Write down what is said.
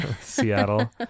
seattle